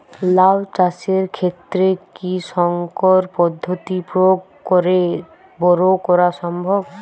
লাও চাষের ক্ষেত্রে কি সংকর পদ্ধতি প্রয়োগ করে বরো করা সম্ভব?